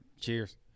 Cheers